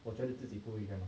我觉得自己不会厌 lah